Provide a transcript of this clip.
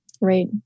right